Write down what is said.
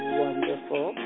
wonderful